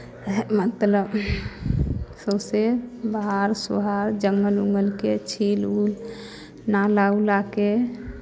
इएह मतलब सौँसे बहारि सोहारि जङ्गल उङ्गलकेँ छील उल नाला उलाके